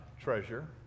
treasure